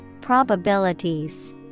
Probabilities